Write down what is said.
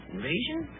Invasion